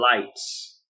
lights